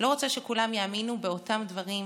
אני לא רוצה שכולם יאמינו באותם דברים כמוני,